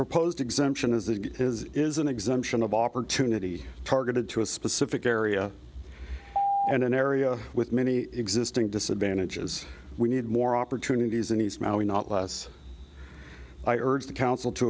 proposed exemption as it is is an exemption of opportunity targeted to a specific area and an area with many existing disadvantages we need more opportunities and he's now we not less i urge the council to